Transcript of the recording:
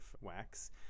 wax